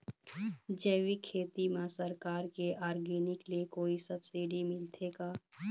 जैविक खेती म सरकार के ऑर्गेनिक ले कोई सब्सिडी मिलथे का?